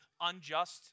unjust